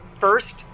first